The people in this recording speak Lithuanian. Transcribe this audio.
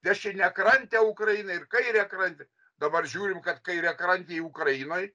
dešiniakrantę ukrainą ir kairiakrantę dabar žiūrim kad kairiakrantėj ukrainoj